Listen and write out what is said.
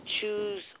choose